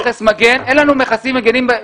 אין לנו כמסים מגנים.